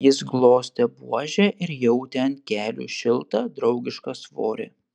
jis glostė buožę ir jautė ant kelių šiltą draugišką svorį